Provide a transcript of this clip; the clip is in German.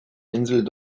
insel